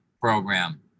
program